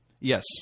Yes